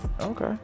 Okay